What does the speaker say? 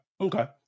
okay